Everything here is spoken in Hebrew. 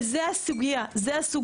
זו הסוגיה.